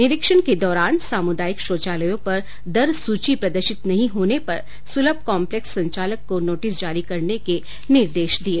निरीक्षण के दौरान सामुदायिक शौचालयों पर दर सूची प्रदर्शित नहीं होने पर सुलभ कॉम्पलेक्स संचालक को नोटिस जारी करने के निर्देश दिये